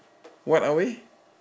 what are we